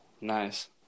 Nice